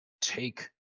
take